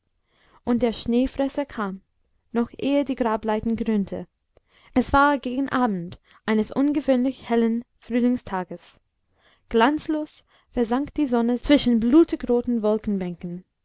und der schneefresser kam noch ehe die grableiten grünte es war gegen abend eines ungewöhnlich hellen frühlingstages glanzlos versank die sonne zwischen blutigroten